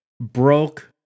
broke